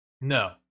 No